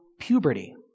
puberty